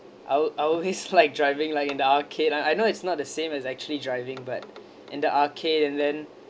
I'll I'll always like driving like in the arcade I I know it's not the same as actually driving but in the arcade and then